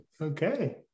Okay